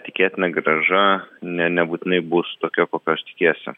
tikėtina grąža ne nebūtinai bus tokia kokios tikiesi